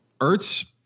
ertz